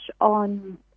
on